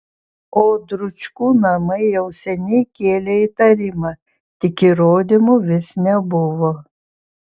o dručkų namai jau seniai kėlė įtarimą tik įrodymų vis nebuvo